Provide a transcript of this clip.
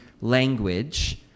language